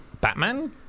Batman